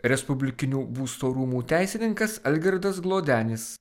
respublikinių būsto rūmų teisininkas algirdas glodenis